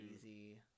easy